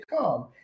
come